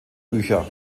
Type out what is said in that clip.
bücher